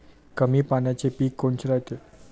कमी पाण्याचे पीक कोनचे रायते?